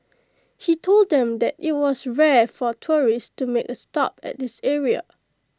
he told them that IT was rare for tourists to make A stop at this area